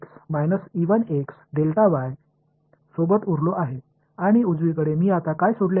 तर मी सोबत उरलो आहे आणि उजवीकडे मी आता काय सोडले आहे